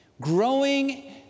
Growing